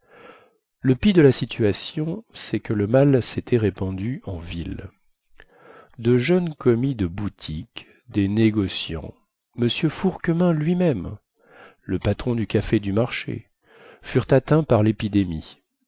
le pis de la situation cest que le mal sétait répandu en ville de jeunes commis de boutiques des négociants m fourquemin luimême le patron du café du marché furent atteints par lépidémie